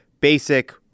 basic